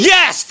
Yes